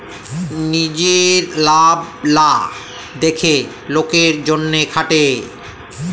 লিজের লাভ লা দ্যাখে লকের জ্যনহে খাটে